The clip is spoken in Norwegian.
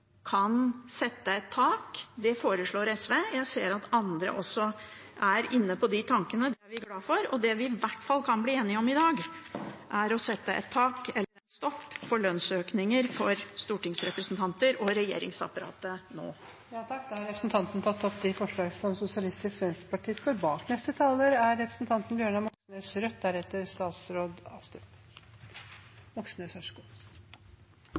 kan sette et tak – det foreslår SV. Jeg ser at andre også er inne på de tankene – det er vi glad for – og det vi i hvert fall kan bli enige om i dag, er å sette et tak eller en stopp for lønnsøkninger til stortingsrepresentanter og regjeringsapparatet nå. Representanten Karin Andersen har tatt opp de forslagene hun refererte til. Koronapandemien har gjort det nødvendig med ekstraordinære smitteverntiltak. Hundretusenvis er